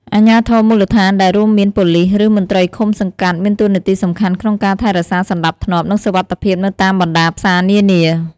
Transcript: អាជ្ញាធរមូលដ្ឋាន ដែលរួមមាន ប៉ូលិស ឬ មន្ត្រីឃុំសង្កាត់មានតួនាទីសំខាន់ក្នុងការថែរក្សាសណ្ដាប់ធ្នាប់ និងសុវត្ថិភាពនៅតាមបណ្ដាផ្សារនានា។